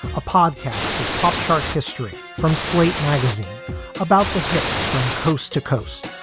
a podcast of pop chart history from slate magazine about the hits from coast to coast.